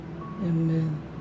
Amen